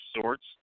sorts